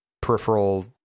peripheral